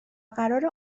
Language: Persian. قراره